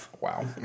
wow